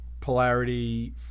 polarity